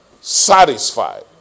satisfied